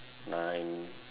nine